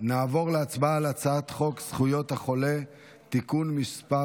נעבור להצבעה על הצעת חוק זכויות החולה (תיקון מס'